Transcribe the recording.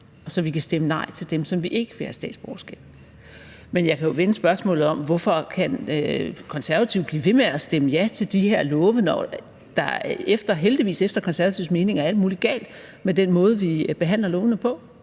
så vi kan stemme nej til dem, som vi ikke vil give statsborgerskab til. Men jeg kan jo vende spørgsmålet om: Hvorfor kan De Konservative blive ved med at stemme ja til de her love, når der – heldigvis – efter Konservatives mening er alt muligt galt med den måde, vi behandler lovene er